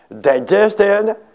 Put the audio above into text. digested